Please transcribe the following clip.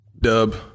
Dub